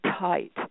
tight